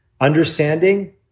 understanding